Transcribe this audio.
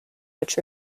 which